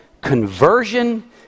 conversion